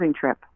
trip